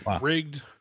rigged